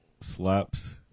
slaps